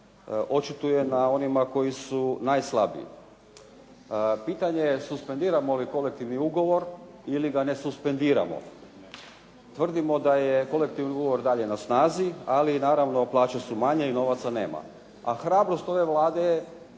očituje na onima koji su najslabiji. Pitanje je suspendiramo li kolektivni ugovor ili ga ne suspendiramo, tvrdimo da je kolektivni ugovor dalje na snazi, ali naravno plaće su manje i novaca nema. A hrabrost ove Vlade